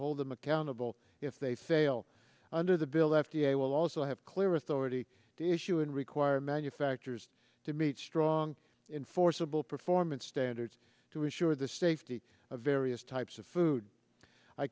hold them accountable if they fail under the bill that v a will also have clear authority to issue and require manufacturers to meet strong in forcible performance standards to ensure the safety of various types of food i